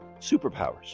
superpowers